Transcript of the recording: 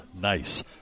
nice